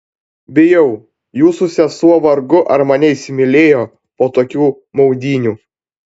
bijau jūsų sesuo vargu ar mane įsimylėjo po tokių maudynių